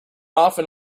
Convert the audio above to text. often